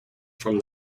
from